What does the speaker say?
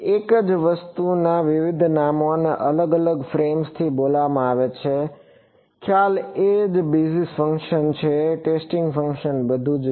એક જ વસ્તુને વિવિધ નામો અને અલગ અલગ ફ્રેમ્સથી બોલાવવામાં આવે છે ખ્યાલ એ જ બેઝિસ ફંક્શન છે ટેસ્ટિંગ ફંક્શન એ બધુ જ છે